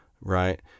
right